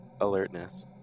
Alertness